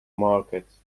market